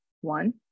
One